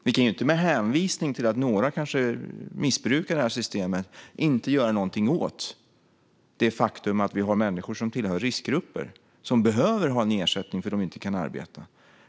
Vi kan inte med hänvisning till att några kanske missbrukar detta system låta bli att göra något åt det faktum att vi har människor som tillhör riskgrupper och som behöver ha en ersättning för att de inte kan arbeta.